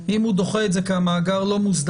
אם הוא דוחה את זה כי המאגר לא מוסדר,